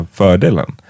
fördelen